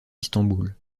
istanbul